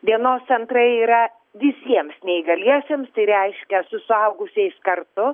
dienos centrai yra visiems neįgaliesiems tai reiškia su suaugusiais kartu